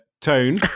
tone